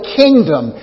kingdom